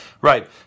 right